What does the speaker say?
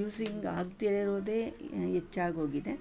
using ಆಗದೇ ಇರೋದೇ ಹೆಚ್ಚಾಗೋಗಿದೆ